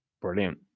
Brilliant